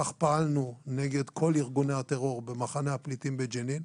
כך פעלנו נגד כל ארגוני הטרור במחנה הפליטים בג'נין.